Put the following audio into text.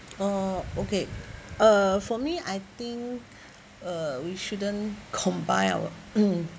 uh okay uh for me I think uh we shouldn't combine our